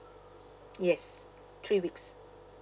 yes three weeks